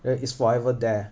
uh it's forever there